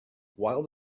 while